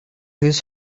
his